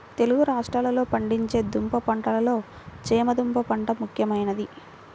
తెలుగు రాష్ట్రాలలో పండించే దుంప పంటలలో చేమ దుంప పంట ముఖ్యమైనది